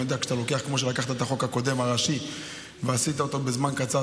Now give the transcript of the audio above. אני יודע שכמו שלקחת את החוק הקודם הראשי ועשית אותו בזמן קצר,